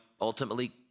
ultimately